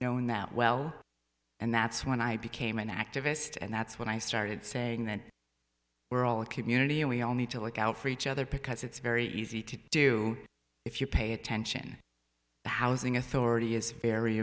known that well and that's when i became an activist and that's when i started saying that we're all a community and we all need to look out for each other because it's very easy to do if you pay attention the housing authority is very